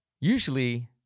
usually